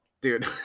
Dude